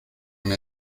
mir